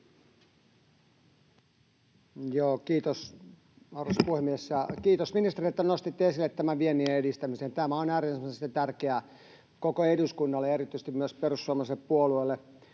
Kiitos, arvoisa puhemies! Kiitos ministerille, että nostitte esille tämän vienninedistämisen. Tämä on äärimmäisen tärkeää koko eduskunnalle ja erityisesti myös perussuomalaiselle puolueelle.